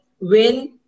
win